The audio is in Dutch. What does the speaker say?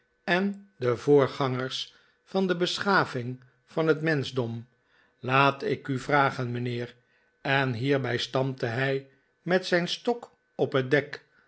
en de voorgangers van de beschaving van het jf menschdom laat ik u vragen mijnheer en hierbij stampte hij met zijn stok op het dek